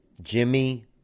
Jimmy